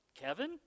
Kevin